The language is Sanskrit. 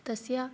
तस्य